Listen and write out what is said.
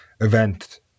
event